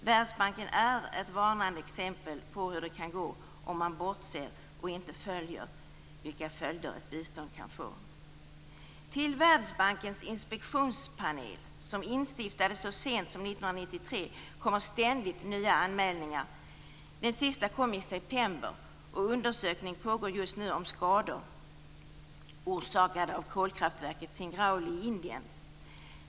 Världsbanken är ett varnande exempel på hur det kan gå om man bortser ifrån vilka följder ett bistånd kan få. Till Världsbankens inspektionspanel, som instiftades så sent som 1993, kommer ständigt nya anmälningar. Den sista kom i september, och undersökning pågår just nu om skador orsakade av kolkraftverket Singrauli i Indien.